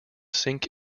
sink